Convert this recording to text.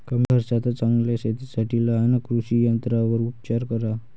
कमी खर्चात चांगल्या शेतीसाठी लहान कृषी यंत्रांवर उपचार करा